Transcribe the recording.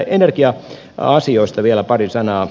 energia asioista vielä pari sanaa